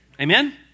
Amen